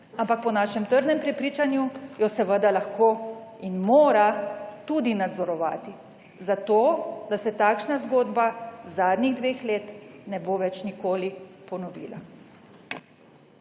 ampak po našem trdnem prepričanju jo seveda lahko in mora tudi nadzorovati, zato da se takšna zgodba zadnjih dveh let ne bo več nikoli ponovila.